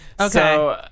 Okay